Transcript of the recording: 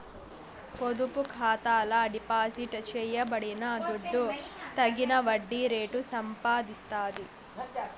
పొదుపు ఖాతాల డిపాజిట్ చేయబడిన దుడ్డు తగిన వడ్డీ రేటు సంపాదిస్తాది